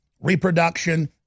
reproduction